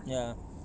ya